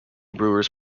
brewers